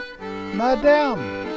Madame